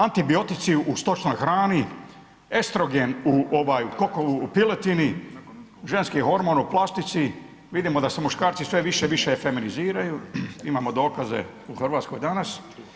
Antibiotici u stočnoj hrani, estrogen u ova u piletini, ženski hormon u plastici, vidimo da se muškarci sve više i više feminiziraju, imamo dokaze u Hrvatskoj danas.